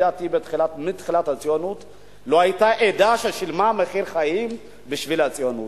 מתחילת הציונות לא היתה עדה ששילמה מחיר חיים בשביל הציונות.